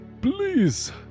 Please